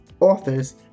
authors